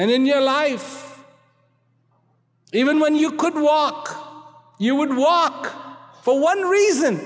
in your life even when you could walk you would walk for one reason